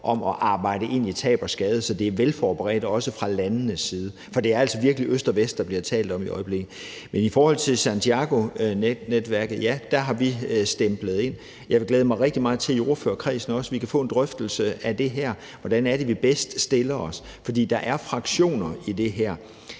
om at arbejde ind i tab og skader, så det er velforberedt, også fra landenes side, for man taler virkelig i øst og vest i øjeblikket. Men i forhold til Santiagonetværket har vi stemplet ind. Jeg vil glæde mig rigtig meget til, at vi også i ordførerkredsen kan få en drøftelse af det her, altså hvordan vi bedst stiller os, for der er fraktioner i det her.